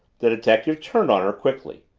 the detective turned on her quickly.